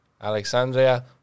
Alexandria